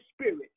Spirit